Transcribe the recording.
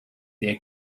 their